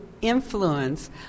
influence